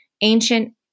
ancient